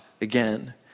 again